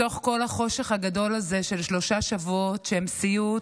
בתוך כל החושך הגדול הזה של שלושה שבועות שהם סיוט,